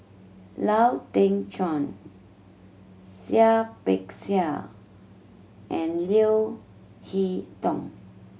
Lau Teng Chuan Seah Peck Seah and Leo Hee Tong